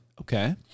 Okay